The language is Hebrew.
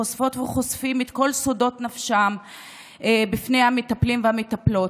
חושפות וחושפים את כל סודות נפשם בפני המטפלים והמטפלות.